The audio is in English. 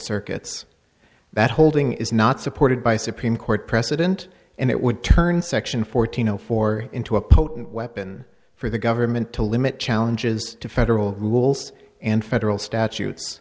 circuits that holding is not supported by supreme court precedent and it would turn section fourteen zero four into a potent weapon for the government to limit challenges to federal rules and federal statutes